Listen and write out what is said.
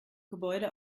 gebäude